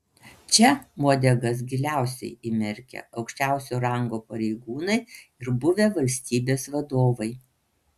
čia uodegas giliausiai įmerkę aukščiausio rango pareigūnai ir buvę valstybės vadovai